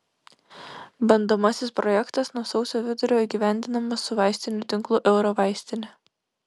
bandomasis projektas nuo sausio vidurio įgyvendinamas su vaistinių tinklu eurovaistinė